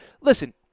listen